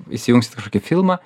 įsijungsit kažkokį filmą